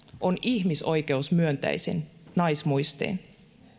on ihmisoikeusmyönteisin naismuistiin